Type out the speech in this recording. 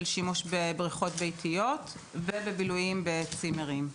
השימוש בבריכות ביתיות ובבילויים בצימרים.